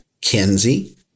Kenzie